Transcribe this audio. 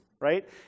right